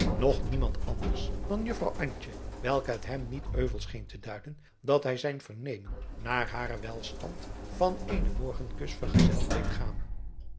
nog niemand anders dan juffrouw antje welke het hem niet euvel scheen te duiden dat hij zijn vernemen naar haren welstand van eenen morgenkus vergezeld deed gaan